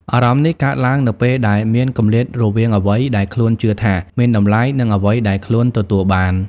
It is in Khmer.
អារម្មណ៍នេះកើតឡើងនៅពេលដែលមាន គម្លាតរវាងអ្វីដែលខ្លួនជឿថាមានតម្លៃ និងអ្វីដែលខ្លួនទទួលបាន។